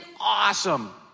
awesome